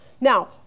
Now